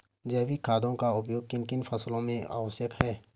जैविक खादों का उपयोग किन किन फसलों में आवश्यक है?